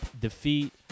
defeat